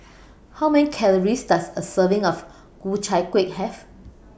How Many Calories Does A Serving of Ku Chai Kuih Have